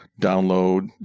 download